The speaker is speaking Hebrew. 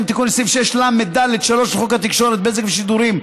גם תיקון לסעיף 6לד3 לחוק התקשורת (בזק ושידורים),